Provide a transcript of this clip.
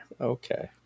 Okay